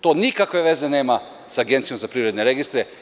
To nikakve veze nema sa Agencijom za privredne registre.